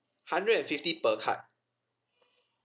hundred and fifty per card